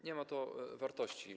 Nie ma to wartości.